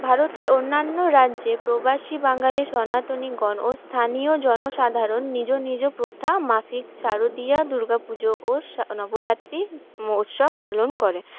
ভারতের অন্যান্য রাজ্যে প্রবাসী বাঙালি সনাতনীগণ ও স্থানীয় জনসাধারণ নিজ নিজ প্রথা মাফিক শারদীয়া দুর্গাপূজো ও নবরাত্রি উৎসব পালন করে